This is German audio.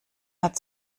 hat